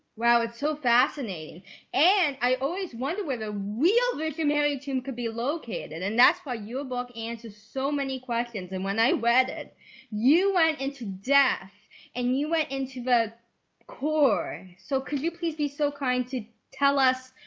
wow, it's so fascinating and i always wonder where the real virgin mary tomb could be located and and that's why you a book answer so many questions, and when i wedded you went into death and you went into the core so could you please be so kind to tell us?